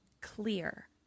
clear